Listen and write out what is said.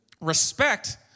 Respect